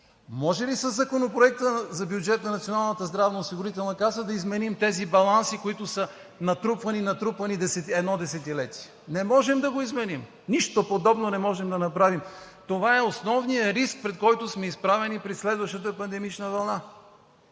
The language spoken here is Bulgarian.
Може ли със Законопроекта за бюджет на Националната здравноосигурителна каса да изменим тези баланси, които са натрупвани едно десетилетие? Не може да го изменим, нищо подобно не можем да направим. Това е основният риск, пред който сме изправени при следващата пандемична вълна.